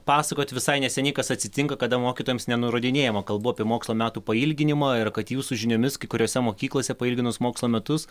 pasakojot visai neseniai kas atsitinka kada mokytojams nenurodinėjama kalbu apie mokslo metų pailginimą ir kad jūsų žiniomis kai kuriose mokyklose pailginus mokslo metus